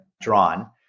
drawn